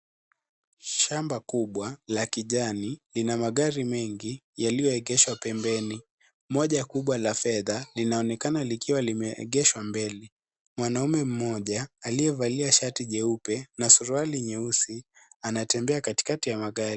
Shamba kubwa la kijani lina magari mengi yaliyoegeshwa pembeni. Moja kubwa la fedha linaonekana likiwa limeegeshwa mbele. Mwanaume mmoja aliyevalia shati jeupe na suruali nyeusi anatembea katikati ya magari.